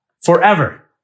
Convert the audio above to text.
forever